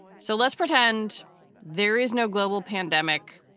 so let's pretend there is no global pandemic.